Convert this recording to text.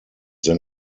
then